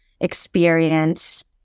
experience